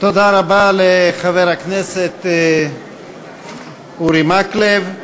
תודה רבה לחבר הכנסת אורי מקלב.